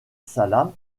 salaam